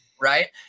right